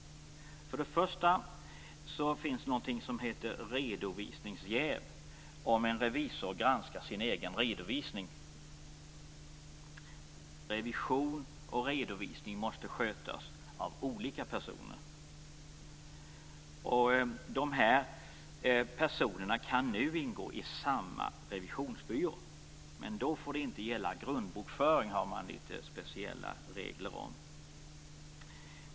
För det första finns det någonting som heter redovisningsjäv om en revisor granskar sin egen redovisning. Revision och redovisning måste skötas av olika personer. De här personerna kan nu ingå i samma revisionsbyrå, men man har litet speciella regler om att det då inte får gälla grundbokföring.